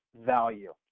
value